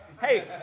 Hey